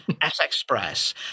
S-Express